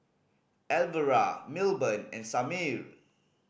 Alvera Milburn and Samir